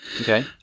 okay